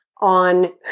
on